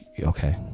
okay